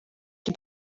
qui